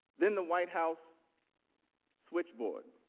then the white house switch board.